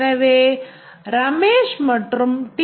எனவே ரமேஷ் மற்றும் டி